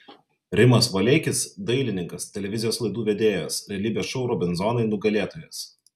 rimas valeikis dailininkas televizijos laidų vedėjas realybės šou robinzonai nugalėtojas